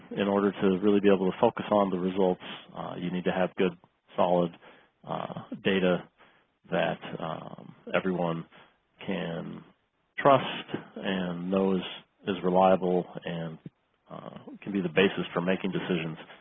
in order to really be able to focus on the results you need to have good solid data that everyone can trust and those is reliable and can be the basis for making decisions.